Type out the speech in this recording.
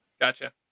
Gotcha